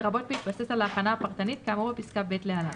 לרבות בהתבסס על ההכנה הפרטנית כאמור בפסקה (ב) להלן,